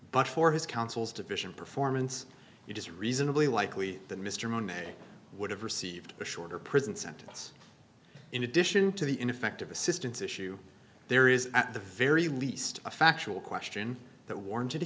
but for his counsel's deficient performance it is reasonably likely that mr monet would have received a shorter prison sentence in addition to the ineffective assistance issue there is at the very least a factual question that warranted